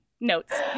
notes